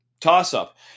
toss-up